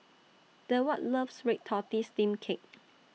Deward loves Red Tortoise Steamed Cake